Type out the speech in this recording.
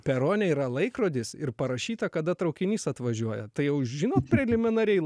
perone yra laikrodis ir parašyta kada traukinys atvažiuoja tai jau žinot preliminariai